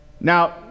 Now